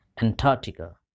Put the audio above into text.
Antarctica